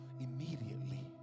Immediately